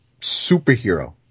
superhero